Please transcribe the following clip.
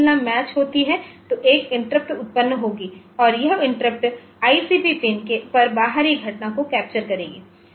अगर तुलना मैच होती है तो एक इंटरप्ट उत्पन्न होगी और यह इंटरप्ट आईसीपी पिन पर बाहरी घटना को कैप्चर करेगी